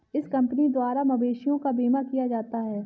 इस कंपनी द्वारा मवेशियों का बीमा किया जाता है